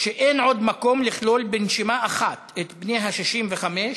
שאין עוד מקום לכלול בנשימה אחת את בני ה-65,